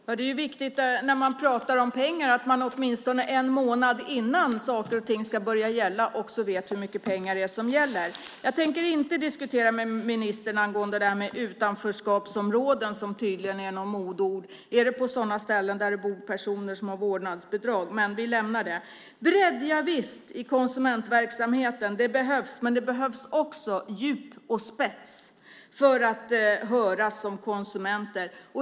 Herr talman! Det är viktigt när man pratar om pengar att man åtminstone en månad innan saker och ting ska börja gälla får veta hur mycket pengar det handlar om. Jag tänker inte diskutera med ministern angående utanförskapsområden som tydligen är något modeord. Är det på sådana ställen det bor personer som har vårdnadsbidrag? Men vi lämnar det. Javisst behövs det bredd i konsumentverksamheten, men det behövs också djup och spets för att höras som konsumenter.